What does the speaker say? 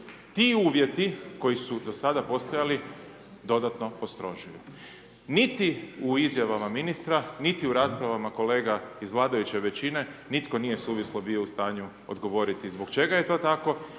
ti uvjeti koji su do sada postojali dodatno postrožuju. Niti u izjavama ministra niti u raspravama kolega iz vladajuće većine, nitko nije suvislo bio u stanju odgovoriti zbog čega je to tako